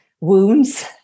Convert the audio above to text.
wounds